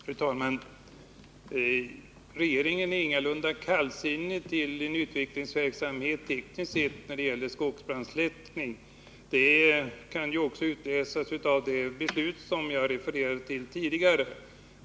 Fru talman! Regeringen är ingalunda kallsinnig till en teknisk utvecklingsverksamhet när det gäller skogsbrandsläckning. Det kan också utläsas av det beslut som jag refererade till tidigare.